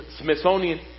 Smithsonian